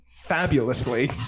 fabulously